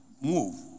move